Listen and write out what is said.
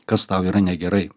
kas tau yra negerai